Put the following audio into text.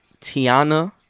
Tiana